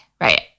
Right